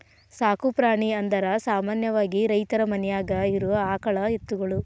ಸಾಕು ಪ್ರಾಣಿ ಅಂದರ ಸಾಮಾನ್ಯವಾಗಿ ರೈತರ ಮನ್ಯಾಗ ಇರು ಆಕಳ ಎತ್ತುಗಳು